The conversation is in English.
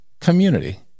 community